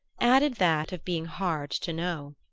added that of being hard to know.